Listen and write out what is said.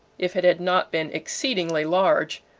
if it had not been exceedingly large,